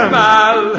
mal